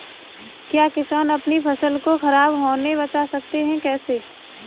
क्या किसान अपनी फसल को खराब होने बचा सकते हैं कैसे?